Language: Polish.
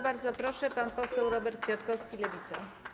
Bardzo proszę, pan poseł Robert Kwiatkowski, Lewica.